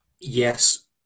Yes